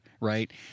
right